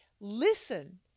listen